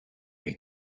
may